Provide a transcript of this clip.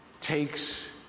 takes